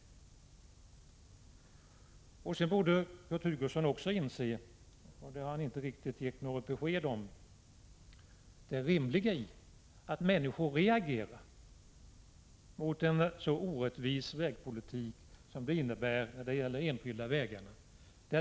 Kurt Hugosson borde också inse — det har han inte riktigt gett något besked om — det rimliga i att människor reagerar mot den orättvisa vägpolitiken när det gäller enskilda vägar.